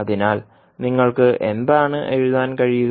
അതിനാൽ നിങ്ങൾക്ക് എന്താണ് എഴുതാൻ കഴിയുക